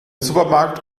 supermarkt